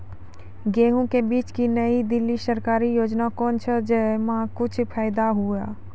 गेहूँ के बीज की नई दिल्ली सरकारी योजना कोन छ जय मां कुछ फायदा हुआ?